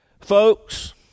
Folks